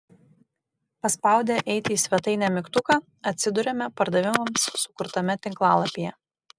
paspaudę eiti į svetainę mygtuką atsiduriame pardavimams sukurtame tinklalapyje